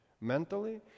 mentally